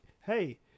Hey